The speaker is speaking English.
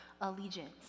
allegiance